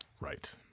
Right